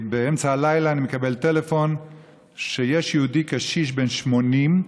באמצע הלילה אני מקבל טלפון שיש יהודי קשיש בן 80,